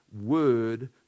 word